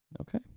Okay